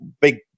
Big